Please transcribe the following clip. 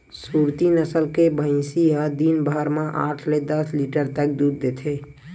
सुरती नसल के भइसी ह दिन भर म आठ ले दस लीटर तक दूद देथे